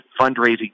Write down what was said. fundraising